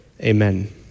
Amen